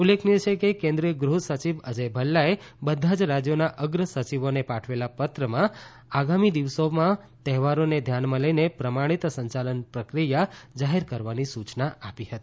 ઉલ્લેખનીય છે કે કેન્દ્રિય ગૃહ સચિવ અજય ભલ્લાએ બધા જ રાજયોના અગ્રસચિવોને પાઠવેલા પત્રમાં પણ આગામી દિવસોમાં તહેવારોને ધ્યાનમાં લઇને પ્રમાણીત સંચાલન પ્રક્રિયા જાહેર કરવાની સુચના આપી હતી